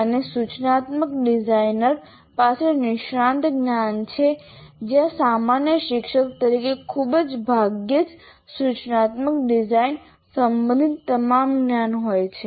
અને સૂચનાત્મક ડિઝાઇનર પાસે નિષ્ણાત જ્ઞાન છે જ્યાં સામાન્ય શિક્ષક તરીકે ખૂબ જ ભાગ્યે જ સૂચનાત્મક ડિઝાઇન સંબંધિત તમામ જ્ઞાન હોય છે